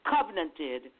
covenanted